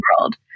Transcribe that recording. world